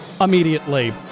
immediately